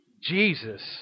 Jesus